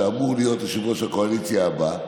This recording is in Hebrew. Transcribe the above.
שאמור להיות יושב-ראש הקואליציה הבא,